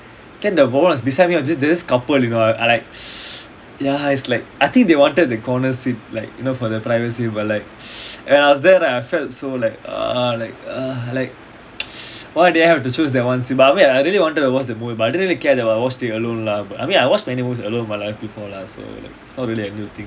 then the problem was beside me was there this this couple you know I like ya it's like I think they wanted the corner seat like you know for their privacy but like when I was there right I felt so like err like err uh like why did I have to choose that one seat but I mean I really wanted to watch the movie but I didn't really care if I watched it alone lah I mean I watch many movies alone before in my life lah so like it's not really a good thing